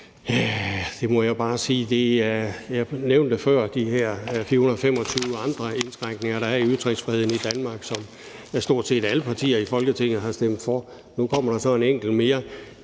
før nævnte de her 425 andre indskrænkninger, der er i ytringsfriheden i Danmark, som stort set alle partier i Folketinget har stemt for. Nu kommer der så en enkelt mere.